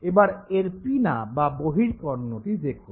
এবার এর পিনা বা বহির্কর্ণটি দেখুন